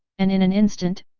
and in an instant,